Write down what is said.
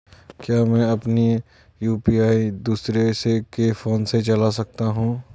क्या मैं अपना यु.पी.आई दूसरे के फोन से चला सकता हूँ?